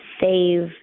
save